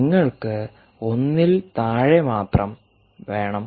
നിങ്ങൾക്ക് ഒന്നിൽ താഴെ മാത്രം വേണം